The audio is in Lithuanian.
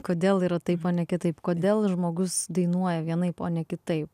kodėl yra taip o ne kitaip kodėl žmogus dainuoja vienaip o ne kitaip